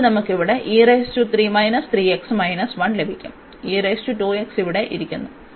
അതിനാൽ നമുക്ക് ഇവിടെ ലഭിക്കും ഇവിടെ ഇരിക്കുന്നു